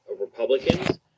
Republicans